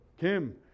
Kim